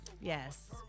yes